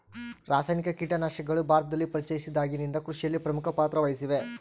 ರಾಸಾಯನಿಕ ಕೇಟನಾಶಕಗಳು ಭಾರತದಲ್ಲಿ ಪರಿಚಯಿಸಿದಾಗಿನಿಂದ ಕೃಷಿಯಲ್ಲಿ ಪ್ರಮುಖ ಪಾತ್ರ ವಹಿಸಿವೆ